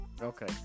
Okay